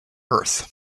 earth